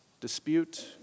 dispute